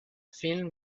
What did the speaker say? film